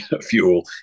fuel